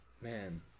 Man